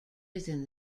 within